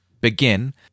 begin